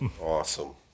awesome